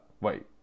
wait